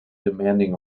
demanding